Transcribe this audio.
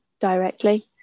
directly